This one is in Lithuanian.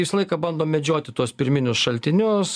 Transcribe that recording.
visą laiką bandom medžioti tuos pirminius šaltinius